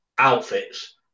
outfits